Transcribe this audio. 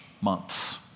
months